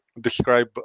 describe